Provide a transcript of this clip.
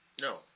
no